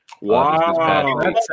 Wow